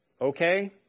Okay